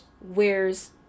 wears